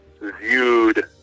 viewed